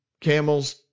camels